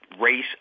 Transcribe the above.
race